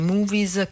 Movies